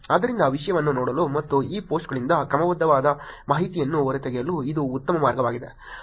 ಆದ್ದರಿಂದ ವಿಷಯವನ್ನು ನೋಡಲು ಮತ್ತು ಈ ಪೋಸ್ಟ್ಗಳಿಂದ ಕ್ರಮಬದ್ಧವಾದ ಮಾಹಿತಿಯನ್ನು ಹೊರತೆಗೆಯಲು ಇದು ಉತ್ತಮ ಮಾರ್ಗವಾಗಿದೆ